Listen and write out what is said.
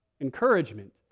Encouragement